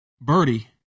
Birdie